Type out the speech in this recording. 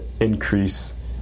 increase